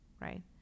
right